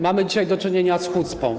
Mamy dzisiaj do czynienia z hucpą.